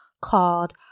called